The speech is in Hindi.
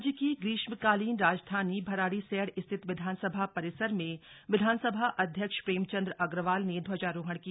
राज्य की ग्रीष्मकालीन राजधानी भराड़ीसैंण स्थित विधानसभा परिसर में विधानसभा अध्यक्ष प्रेमचंद अग्रवाल ने ध्वजारोहण किया